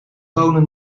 toner